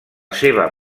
seva